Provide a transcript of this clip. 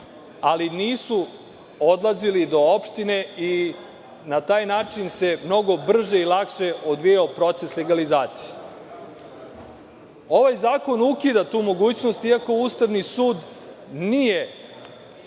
ali nisu odlazili do opštine i na taj način se mnogo brže i lakše odvijao proces legalizacije. Ovaj zakon ukida tu mogućnost, iako Ustavni sud nije